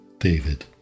David